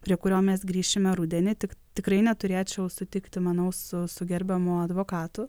prie kurio mes grįšime rudenį tik tikrai neturėčiau sutikti manau su su gerbiamu advokatų